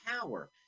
power